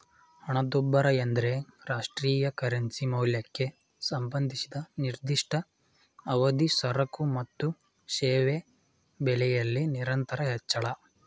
ಹಣದುಬ್ಬರ ಎಂದ್ರೆ ರಾಷ್ಟ್ರೀಯ ಕರೆನ್ಸಿ ಮೌಲ್ಯಕ್ಕೆ ಸಂಬಂಧಿಸಿದ ನಿರ್ದಿಷ್ಟ ಅವಧಿ ಸರಕು ಮತ್ತು ಸೇವೆ ಬೆಲೆಯಲ್ಲಿ ನಿರಂತರ ಹೆಚ್ಚಳ